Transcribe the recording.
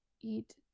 eat